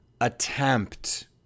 attempt